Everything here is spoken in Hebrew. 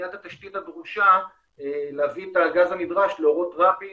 לבניית התשתית הדרושה להביא את הגז הנדרש לאורות רבין